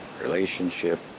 relationship